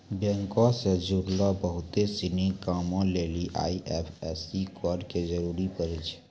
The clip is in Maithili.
बैंको से जुड़लो बहुते सिनी कामो लेली आई.एफ.एस.सी कोड के जरूरी पड़ै छै